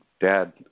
Dad